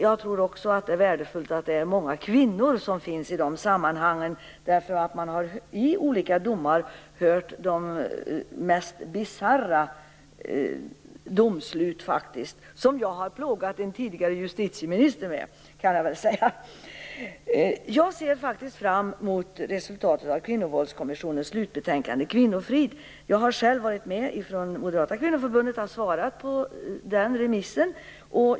Jag tror också att det är värdefullt att det är många kvinnor som finns i de sammanhangen därför att man i olika domar hört om de mest bisarra domslut, som jag har plågat den tidigare justitieministern med. Jag ser fram mot Kvinnovåldskommissionens slutbetänkande Kvinnofrid. Jag har själv varit med från Moderata kvinnoförbundet och svarat på remissen.